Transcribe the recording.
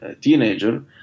teenager